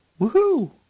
Woohoo